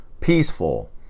Peaceful